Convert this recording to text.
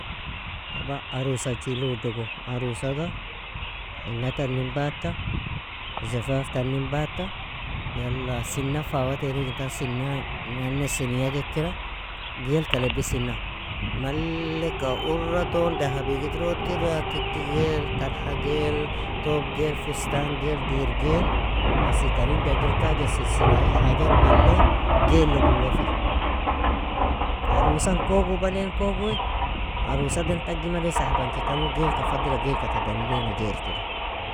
Taba arusachili udgo arusaga hinna tanin bata, zifaf tanin bata yala sinna fa watere igintan sinna nani siniyag ekira gail ka labisinna mallika uraton dahabig idrotira kiti gail, tarha gail, toob gail, fustan gail, dir gail, asi tarin dagir kage silsiae hajat malli gail log uwa fi, arusan kogu balin kogu arusadan tagimaly sahabanchi tangui gailka fadila gailka tadan idaina jeertila